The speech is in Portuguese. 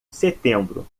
setembro